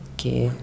Okay